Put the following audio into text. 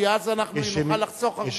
כי אז אנחנו נוכל לחסוך הרבה הפגנות,